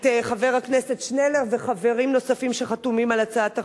את חבר הכנסת שנלר וחברים נוספים שחתומים על הצעת החוק.